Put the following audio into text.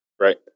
Right